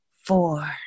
four